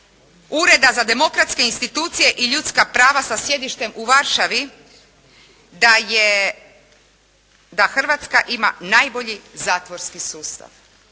Ureda za demokratske institucije i ljudska prava sa sjedištem u Varšavi da je, da Hrvatska ima najbolji zatvorski sustav,